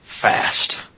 fast